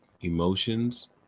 Emotions